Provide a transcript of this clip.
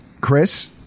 Chris